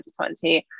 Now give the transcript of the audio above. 2020